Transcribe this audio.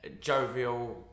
jovial